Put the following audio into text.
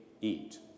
Eat